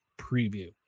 preview